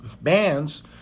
bands